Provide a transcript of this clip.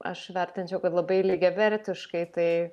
aš vertinčiau kad labai lygiavertiškai tai